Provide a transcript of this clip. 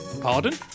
Pardon